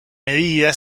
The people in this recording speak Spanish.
medida